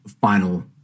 final